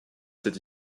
cette